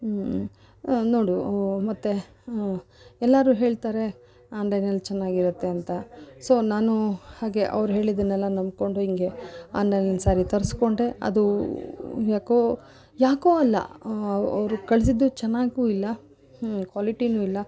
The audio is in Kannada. ಹ್ಞೂ ನೋಡು ಮತ್ತೆ ಎಲ್ಲರೂ ಹೇಳ್ತಾರೆ ಆನ್ಲೈನಲ್ಲಿ ಚೆನ್ನಾಗಿರುತ್ತೆ ಅಂತ ಸೊ ನಾನು ಹಾಗೆ ಅವ್ರು ಹೇಳಿದ್ದನ್ನೆಲ್ಲ ನಂಬಿಕೊಂಡು ಹಿಂಗೆ ಆನ್ಲೈನಲ್ಲಿ ಸ್ಯಾರಿ ತರಿಸ್ಕೊಂಡೆ ಅದು ಏಕೋ ಏಕೋ ಅಲ್ಲ ಅವರು ಕಳಿಸಿದ್ದು ಚೆನ್ನಾಗೂ ಇಲ್ಲ ಹ್ಞೂ ಕ್ವಾಲಿಟಿಯೂ ಇಲ್ಲ